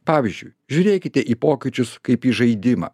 pavyzdžiui žiūrėkite į pokyčius kaip į žaidimą